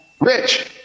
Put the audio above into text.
rich